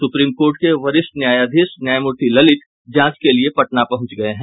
supreme court के वरिष्ठ न्यायाधीश न्यायमूर्ति ललित जांच के लिये पटना पहुंच गये हैं